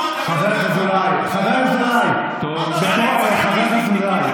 חבר הכנסת אזולאי, חבר הכנסת אזולאי.